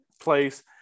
place